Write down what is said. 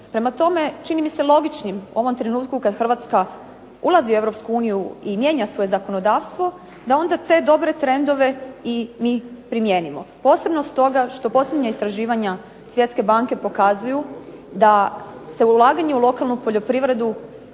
Prema tome, čini mi se logičkim u ovom trenutku kada Hrvatska ulazi u Europsku uniju i mijenja svoje zakonodavstvo, da onda te dobre trendove i mi primijenimo. Posebno stoga što posljednja istraživanja Svjetske banke pokazuju da se ulaganje u lokalnu poljoprivredu